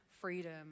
freedom